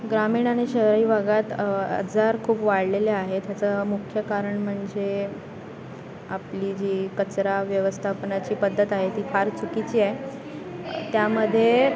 ग्रामीण आणि शहरी भागात आजार खूप वाढलेले आहे ह्याचं मुख्य कारण म्हणजे आपली जी कचरा व्यवस्थापनाची पद्धत आहे ती फार चुकीची आहे त्यामध्ये